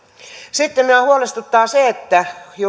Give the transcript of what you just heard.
sitten minua huolestuttaa se että